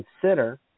consider